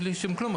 בלי שום כלום,